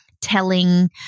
telling